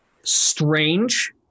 strange